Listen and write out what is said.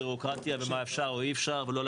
הבירוקרטיה ומה אפשר או אי אפשר ולא על